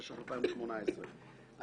התשע"ח-2018,